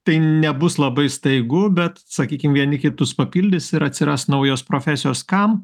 tai nebus labai staigu bet sakykim vieni kitus papildys ir atsiras naujos profesijos kam